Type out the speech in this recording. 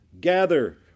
gather